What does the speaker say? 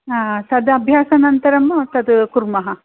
हा तत् अभ्यासानन्तरं तत् कुर्मः